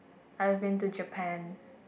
I've been to Japan